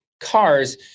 cars